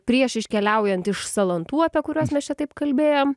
prieš iškeliaujant iš salantų apie kuriuos mes čia taip kalbėjom